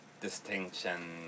distinction